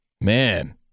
Man